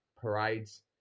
parades